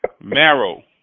Marrow